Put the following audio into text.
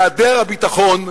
מהיעדר הביטחון,